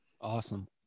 Awesome